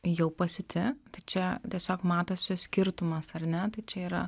jau pasiūti tai čia tiesiog matosi skirtumas ar ne čia yra